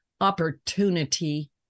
opportunity